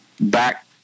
back